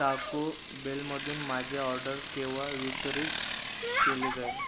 टाको बेलमधून माझी ऑर्डर केव्हा वितरित केली जाईल